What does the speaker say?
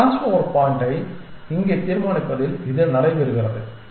இந்த cross over பாயின்ட்டை இங்கே தீர்மானிப்பதில் இது நடைபெறுகிறது